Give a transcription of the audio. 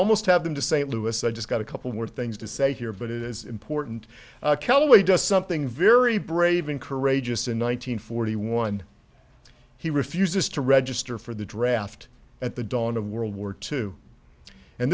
almost have them to st louis i just got a couple more things to say here but it is important kelly does something very brave and courageous in one nine hundred forty one he refuses to register for the draft at the dawn of world war two and